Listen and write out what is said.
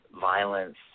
violence